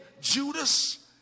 Judas